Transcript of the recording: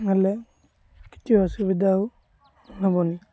ନହେଲେ କିଛି ଅସୁବିଧା ହେବନି